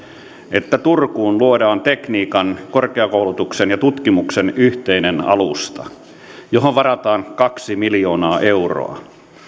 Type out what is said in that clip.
että turkuun luodaan tekniikan korkeakoulutuksen ja tutkimuksen yhteinen alusta johon varataan kaksi miljoonaa euroa